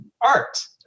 art